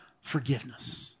forgiveness